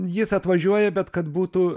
jis atvažiuoja bet kad būtų